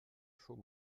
chaud